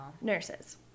nurses